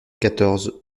quatorze